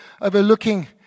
overlooking